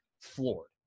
floored